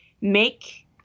make